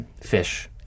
Fish